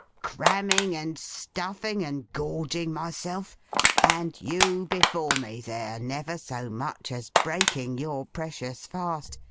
cramming, and stuffing, and gorging myself and you before me there, never so much as breaking your precious fast,